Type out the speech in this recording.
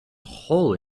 hole